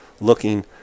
looking